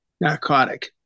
narcotic